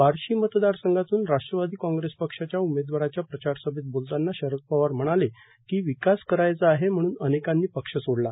बारशी मतदार संघातून राष्ट्रवादी कॉग्रेस पक्षाच्या उमेदवाराच्या प्रचारसभेत बोलताना शरद पवार म्हणाले की विकास करायचा आहे म्हणून अनेकांनी पक्ष सोडला